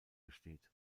besteht